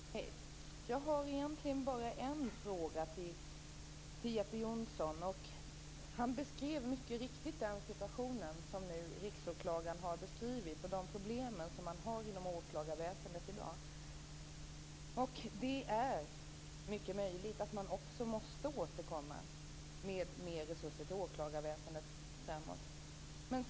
Fru talman! Jag har egentligen bara en fråga till Jeppe Johnsson. Han beskrev mycket riktigt den situation som Riksåklagaren har beskrivit och de problem som man har inom åklagarväsendet i dag. Det är mycket möjligt att vi måste återkomma med resurser till åklagarväsendet framöver.